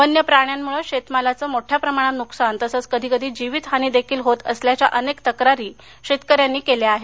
वन्यप्राण्यांमुळे शेतमालाचे मोठ्या प्रमाणात नुकसान तसंच कधीकधी जीवितहानी देखील होत असल्याच्या अनेक तक्रारी शेतकऱ्यांनी केल्या आहेत